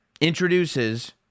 introduces